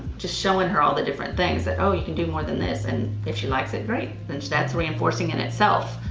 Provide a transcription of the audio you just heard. just showing her all the different things. that, oh, you can do more than this and if she likes it great and she that's reinforcing in itself,